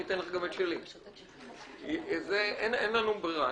אין לנו ברירה.